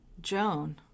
Joan